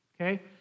okay